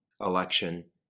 election